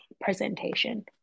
presentation